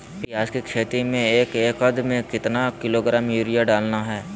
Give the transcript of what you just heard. प्याज की खेती में एक एकद में कितना किलोग्राम यूरिया डालना है?